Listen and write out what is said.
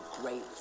great